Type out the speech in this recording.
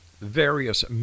various